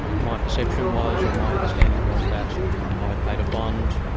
my perception was or my understanding was that i'd paid a bond,